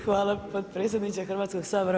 Hvala potpredsjedniče Hrvatskog sabora.